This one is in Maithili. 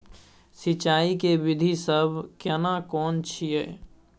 सिंचाई के विधी सब केना कोन छिये?